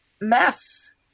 mess